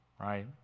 right